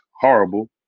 horrible